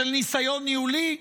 של ניסיון ניהולי?